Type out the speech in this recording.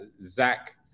Zach